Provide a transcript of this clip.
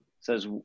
says